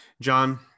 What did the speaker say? John